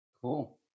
Cool